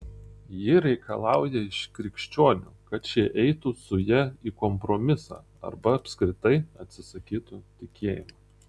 ji reikalauja iš krikščionių kad šie eitų su ja į kompromisą arba apskritai atsisakytų tikėjimo